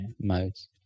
modes